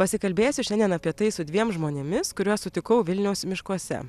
pasikalbėsiu šiandien apie tai su dviem žmonėmis kuriuos sutikau vilniaus miškuose